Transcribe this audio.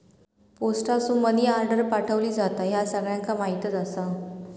पोस्टासून money order पाठवली जाता, ह्या सगळ्यांका माहीतच आसा